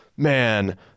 man